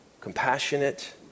compassionate